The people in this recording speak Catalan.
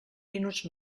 minuts